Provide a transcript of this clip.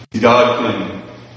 God